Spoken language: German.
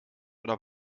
oder